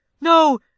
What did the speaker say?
No